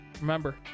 remember